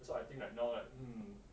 that's why I think like now like mm